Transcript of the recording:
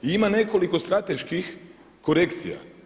I ima nekoliko strateških korekcija.